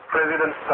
President